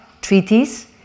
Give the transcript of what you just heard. treaties